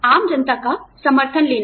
आम जनता का समर्थन लेना